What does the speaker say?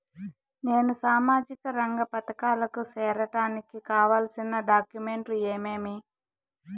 నేను సామాజిక రంగ పథకాలకు సేరడానికి కావాల్సిన డాక్యుమెంట్లు ఏమేమీ?